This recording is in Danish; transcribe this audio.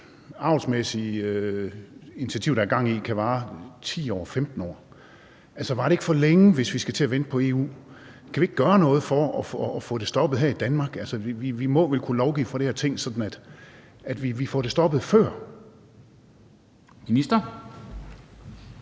avlsmæssige initiativ, der er i gang, måske vare i 10-15 år. Altså, varer det ikke for længe, hvis vi skal vente på EU? Kan vi ikke gøre noget for at få det stoppet her i Danmark – altså, vi må vel kunne lovgive sådan fra det her Ting, at vi får det stoppet noget